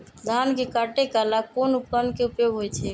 धान के काटे का ला कोंन उपकरण के उपयोग होइ छइ?